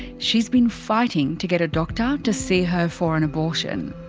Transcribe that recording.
she's been fighting to get a doctor to see her for an abortion.